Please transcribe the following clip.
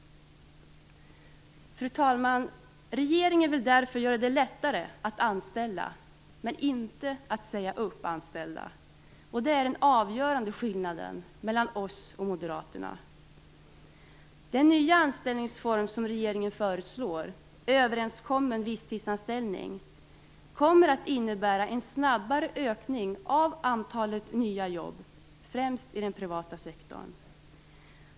Fru talman! Regeringen vill därför göra det lättare att anställa men inte att säga upp anställda. Det är den avgörande skillnaden mellan oss och Moderaterna. Den nya anställningsform som regeringen föreslår, överenskommen visstidsanställning, kommer att innebära en snabbare ökning av antalet nya jobb, främst i den privata sektorn.